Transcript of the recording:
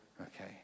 Okay